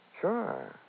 Sure